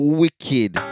wicked